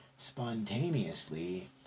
spontaneously